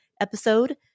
episode